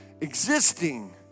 existing